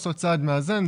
לעשות צד מאזן,